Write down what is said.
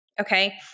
Okay